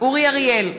אורי אריאל,